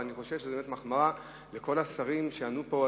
אבל אני חושב שזו באמת מחמאה לכל השרים שענו פה.